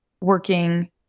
working